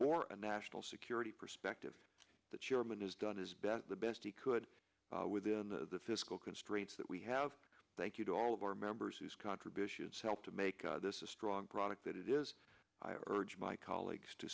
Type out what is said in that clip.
or a national security perspective the chairman has done his best the best he could within the fiscal constraints that we have thank you to all of our members whose contributions helped to make this a strong product that is urge my colleagues to